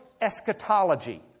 eschatology